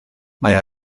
mae